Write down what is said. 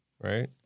Right